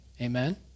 amen